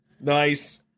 Nice